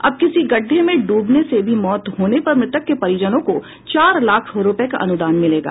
अब किसी गड्डे में डूबने से भी मौत होने पर मृतक के परिजनों को चार लाख रूपये का अनुदान मिलेगा